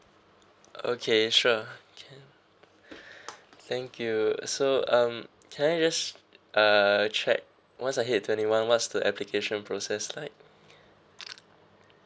okay sure okay thank you so um can I just uh check once I hit twenty one what's the application process like